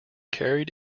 carried